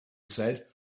said